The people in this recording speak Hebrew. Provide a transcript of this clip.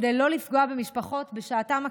כדי לא לפגוע במשפחות בשעתם הקשה,